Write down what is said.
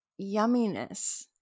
yumminess